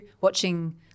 watching